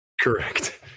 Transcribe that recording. Correct